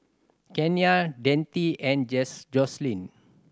Kenia Dante and Joselyn